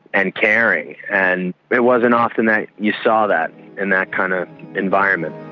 and caring, and it wasn't often that you saw that in that kind of environment.